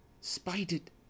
Spited